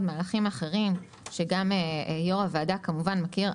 מהלכים אחרים שגם יו"ר הוועדה כמובן מכיר.